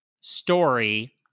Story